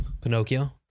Pinocchio